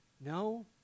No